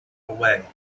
away